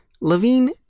Levine